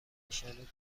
نشانی